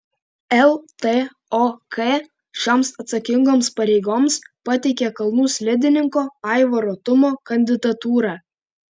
ltok šioms atsakingoms pareigoms pateikė kalnų slidininko aivaro tumo kandidatūrą